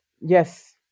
yes